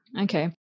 Okay